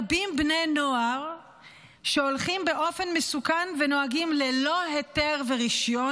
רבים בני הנוער שהולכים באופן מסוכן ונוהגים ללא היתר ורישיון.